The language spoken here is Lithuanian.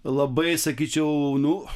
labai sakyčiau nu